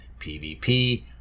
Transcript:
PvP